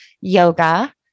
yoga